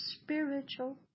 spiritual